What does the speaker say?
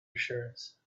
assurance